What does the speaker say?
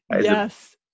Yes